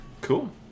Cool